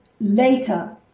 later